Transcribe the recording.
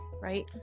right